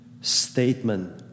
statement